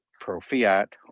pro-fiat